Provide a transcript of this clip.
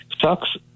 Sucks